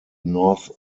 north